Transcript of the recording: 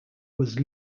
was